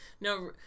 No